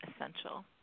essential